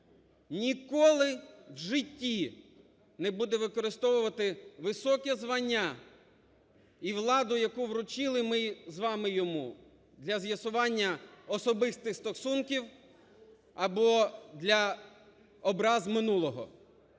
ніколи в житті не буде використовувати високе звання і владу, яку вручили ми з вами йому, для з'ясування особистих стосунків або для образ минулого.